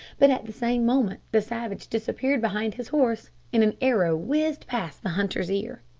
but at the same moment the savage disappeared behind his horse, and an arrow whizzed past the hunter's ear.